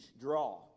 draw